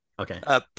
Okay